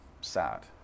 sad